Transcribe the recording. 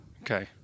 Okay